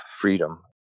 freedom